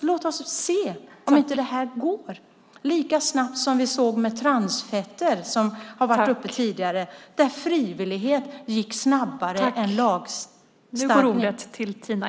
Låt oss se om inte det går lika snabbt som det gick med transfetter, som har varit uppe tidigare. Frivillighet gick då snabbare än lagstiftning.